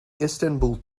istanbul